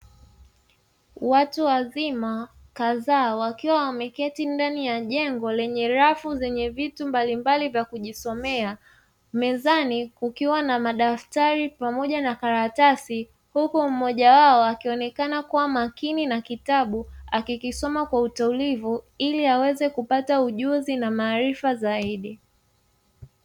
Watu wazima kadhaa wakiwa wameketi ndani ya jengo lenye rafu zenye vitu mbalimbali vya kujisomea, mezani kukiwa na madaftari pamoja na karatasi, huku mmoja wao akionekana kua makini na kitabu, akikisoma kwa utulivu ili aweze kupata ujuzi na maarifa zaidi.